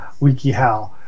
wikiHow